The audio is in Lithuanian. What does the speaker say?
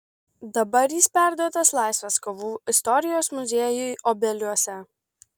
dabar jis perduotas laisvės kovų istorijos muziejui obeliuose